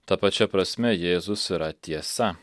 ta pačia prasme jėzus yra tiesa